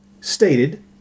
stated